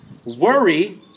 Worry